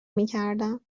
میکردم